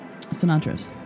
Sinatra's